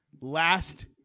last